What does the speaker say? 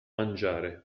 mangiare